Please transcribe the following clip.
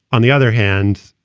on the other hand,